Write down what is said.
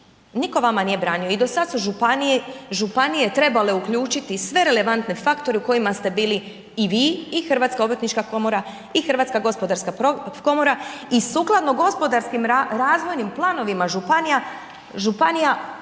nitko vama nije branio, i do sad su županije trebale uključiti sve relevantne faktore u kojima ste bili i vi Hrvatska obrtnička komora i Hrvatska gospodarska komora i sukladno gospodarskim razvojnim planovima županija, upravljate